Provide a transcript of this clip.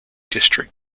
district